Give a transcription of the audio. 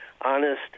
honest